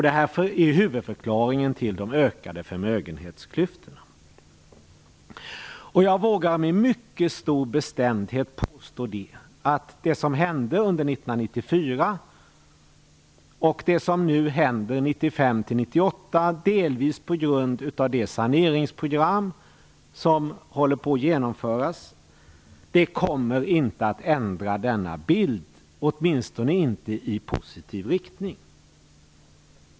Detta är huvudförklaringen till de ökade förmögenhetsklyftorna. Jag vågar med mycket stor bestämdhet påstå att det som hände under 1994 och det som nu händer 1995-98, delvis på grund av det saneringsprogram som håller på att genomföras, inte kommer att förändra denna bild, åtminstone inte i positiv riktning.